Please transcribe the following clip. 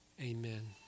Amen